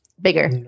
bigger